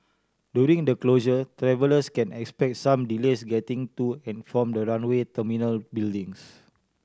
during the closure travellers can expect some delays getting to and from the runway terminal buildings